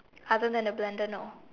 other than the blender no